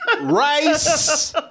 Rice